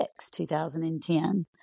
2010